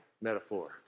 metaphor